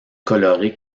colorés